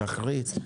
שחרית.